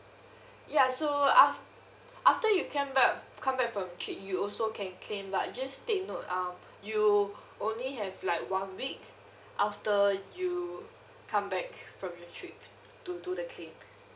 ya so af~ after you came back come back from trip you also can claim but just take note um you only have like one week after you come back from your trip to do the claim